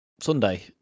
Sunday